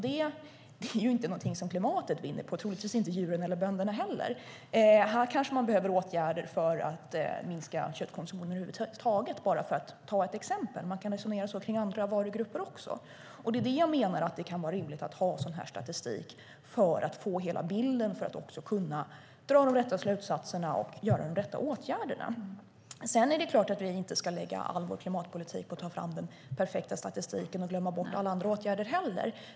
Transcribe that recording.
Det är inte något som klimatet vinner på, troligtvis inte djuren eller bönderna heller. Här kanske man behöver vidta åtgärder för att över huvud taget minska köttkonsumtionen - för att ge ett exempel. Man kan resonera så om andra varugrupper också. Det kan vara rimligt att ha en sådan statistik för att få hela bilden så att man kan dra de rätta slutsatserna och vidta de rätta åtgärderna. Vi ska inte ägna all klimatpolitik åt att ta fram den perfekta statistiken och glömma bort alla andra åtgärder.